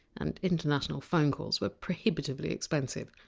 and international phonicalls were prohibitively expensive,